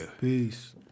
Peace